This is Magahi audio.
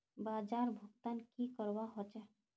बाजार भुगतान की करवा होचे?